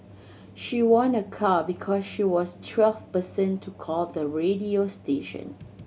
she won a car because she was twelfth person to call the radio station